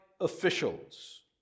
officials